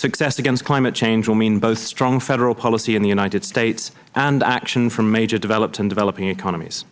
success against climate change will mean both strong federal policy in the united states and action from major developed and developing economies